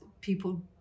people